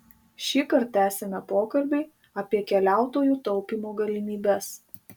šįkart tęsiame pokalbį apie keliautojų taupymo galimybes